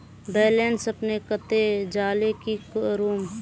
Balance अपने कते जाले की करूम?